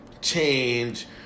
change